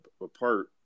apart